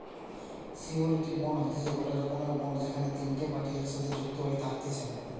surety bond হতিছে গটে রকমের বন্ড যেখানে তিনটে পার্টি একসাথে যুক্ত হয়ে থাকতিছে